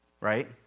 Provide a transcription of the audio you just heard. right